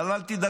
אבל אל תדאגו,